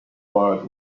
world